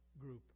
group